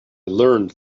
learned